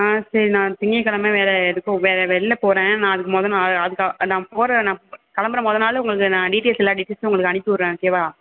ஆ சரி நான் திங்கக்கிழம வேறு எதுக்கும் வேறு வெளில போகறேன் நான் அதுக்கு முத நாள் அதுக்கு நான் போகற கிளம்புற முத நாள் நான் உங்களுக்கு நான் டீட்டைல்ஸ் எல்லா டீட்டைல்ஸும் உங்களுக்கு அனுப்பிவிட்றேன் ஓகேவா